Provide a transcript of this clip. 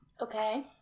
Okay